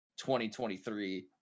2023